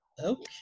Okay